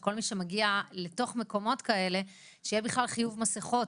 שכל מי שמגיע לתוך מקומות כאלה שיהיה בכלל חיוב מסכות.